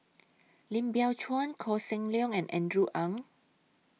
Lim Biow Chuan Koh Seng Leong and Andrew Ang